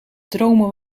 dromen